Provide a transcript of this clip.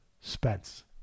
Spence